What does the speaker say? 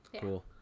Cool